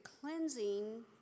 cleansing